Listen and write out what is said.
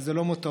וזה לא מותרות,